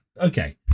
Okay